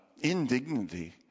indignity